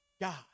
God